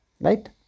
right